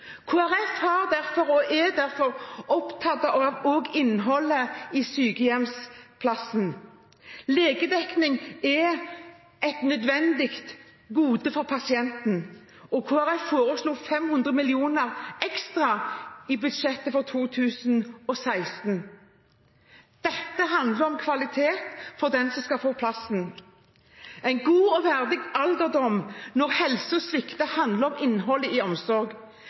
er derfor opptatt av innholdet i sykehjemsplassen. Legedekning er et nødvendig gode for pasienten, og Kristelig Folkeparti foreslo 500 mill. kr ekstra i budsjettet for 2016. Dette handler om kvalitet for den som skal få plassen. En god og verdig alderdom når helsen svikter, handler om innholdet i